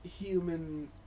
human